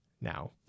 now